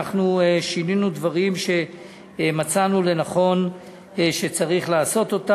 שינינו דברים שמצאנו לנכון שצריך לשנות,